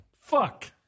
Fuck